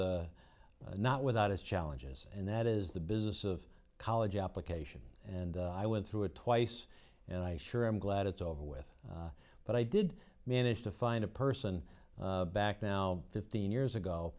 is not without its challenges and that is the business of college application and i went through it twice and i sure am glad it's over with but i did manage to find a person back now fifteen years ago